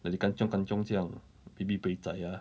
like 你 kan chiong kan chiong 这样 maybe buey zai ah